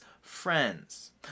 friends